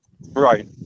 Right